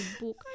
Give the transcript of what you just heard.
book